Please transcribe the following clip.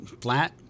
flat